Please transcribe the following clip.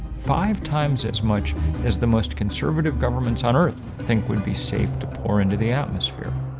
five times as much as the most conservative governments on earth think would be safe to pour into the atmosphere.